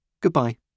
Goodbye